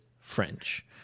French